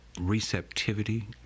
receptivity